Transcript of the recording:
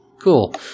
Cool